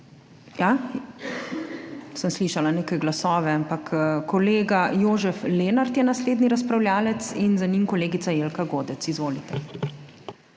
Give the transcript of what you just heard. ja, sem slišala neke glasove, ampak kolega Jožef Lenart je naslednji razpravljavec in za njim kolegica Jelka Godec. Izvolite.